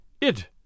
It